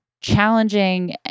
challenging